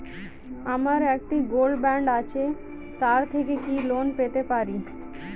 আমার একটি gold bond আছে তার থেকে কি লোন পেতে পারি?